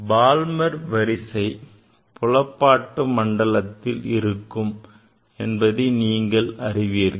Balmer வரிசை புலப்பாட்டு மண்டலத்தில் இருக்கும் என்பதை நீங்கள் அறிவீர்கள்